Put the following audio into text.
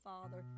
Father